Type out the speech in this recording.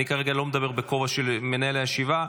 אני כרגע לא מדבר בכובע של מנהל הישיבה,